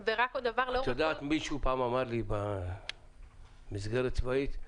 מישהו פעם אמר לי במסגרת צבאית: